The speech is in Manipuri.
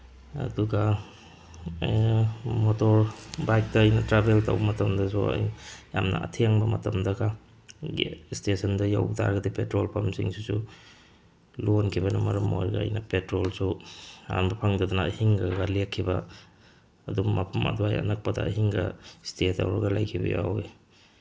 ꯑꯗꯨꯒ ꯃꯣꯇꯣꯔ ꯕꯥꯏꯛꯇ ꯑꯩꯅ ꯇ꯭ꯔꯥꯕꯦꯜ ꯇꯧꯕ ꯃꯇꯝꯗꯁꯨ ꯑꯩ ꯌꯥꯝꯅ ꯑꯊꯦꯡꯕ ꯃꯇꯝꯗꯒ ꯏꯁꯇꯦꯁꯟꯗ ꯌꯧ ꯇꯥꯔꯒꯗꯤ ꯄꯦꯇ꯭ꯔꯣꯜ ꯄꯝꯁꯤꯡꯁꯤꯁꯨ ꯂꯣꯟꯈꯤꯕꯅ ꯃꯔꯝ ꯑꯣꯏꯔꯒ ꯑꯩꯅ ꯄꯦꯇ꯭ꯔꯣꯜꯁꯨ ꯍꯥꯟꯕ ꯐꯪꯗꯗꯅ ꯑꯍꯤꯡꯗꯒ ꯂꯦꯛꯈꯤꯕ ꯑꯗꯨꯝ ꯃꯐꯝ ꯑꯗꯨꯋꯥꯏ ꯑꯅꯛꯄꯗ ꯑꯍꯤꯡꯒ ꯏꯁꯇꯦ ꯇꯧꯔꯒ ꯂꯩꯈꯤꯕ ꯌꯥꯎꯋꯤ